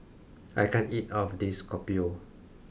I can't eat all of this kopi O